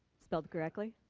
spelled correctly.